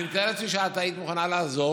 אני מתאר לעצמי שאת היית מוכנה לעזור.